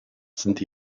sind